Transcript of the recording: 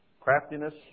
craftiness